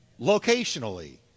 Locationally